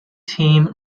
team